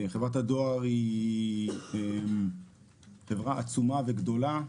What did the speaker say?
חברת הדואר היא חברה עצומה וגדולה.